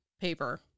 paper